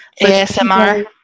ASMR